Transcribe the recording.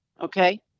Okay